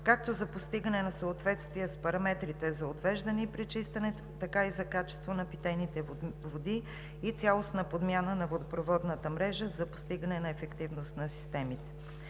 са за постигане на съответствие с параметрите за отвеждане, пречистване, за качество на питейните води и цялостна подмяна на водопроводната мрежа за постигане на ефективност на системите.